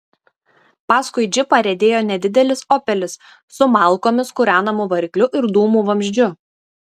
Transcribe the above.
paskui džipą riedėjo nedidelis opelis su malkomis kūrenamu varikliu ir dūmų vamzdžiu